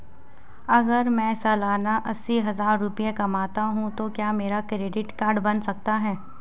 अगर मैं सालाना अस्सी हज़ार रुपये कमाता हूं तो क्या मेरा क्रेडिट कार्ड बन सकता है?